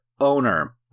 owner